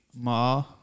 ma